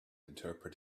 interpret